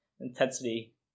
intensity